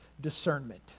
discernment